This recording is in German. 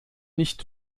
nicht